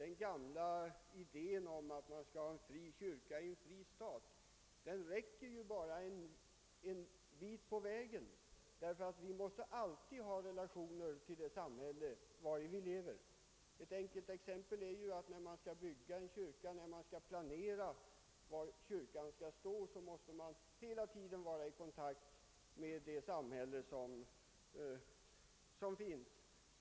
Den gamla idén om att vi skall ha en fri kyrka och en fri stat räcker bara en bit på vägen, ty samfunden måste alltid ha relationer till det samhälle vari de existerar. Ett enkelt exempel härpå är att man, när man planerar var kyrkan skall stå, hela tiden är tvungen att ha kontakt med kommunen i fråga.